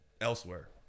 elsewhere